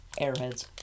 Airheads